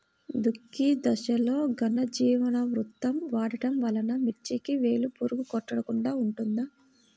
దుక్కి దశలో ఘనజీవామృతం వాడటం వలన మిర్చికి వేలు పురుగు కొట్టకుండా ఉంటుంది?